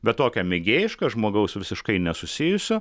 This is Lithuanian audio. bet tokią mėgėjišką žmogaus visiškai nesusijusio